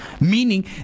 meaning